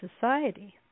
society